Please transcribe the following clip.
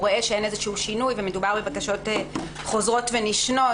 רואה שאין איזשהו שינוי ומדובר בבקשות חוזרות ונשנות,